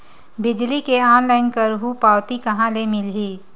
बिजली के ऑनलाइन करहु पावती कहां ले मिलही?